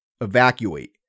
Evacuate